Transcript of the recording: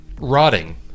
rotting